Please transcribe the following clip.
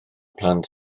plant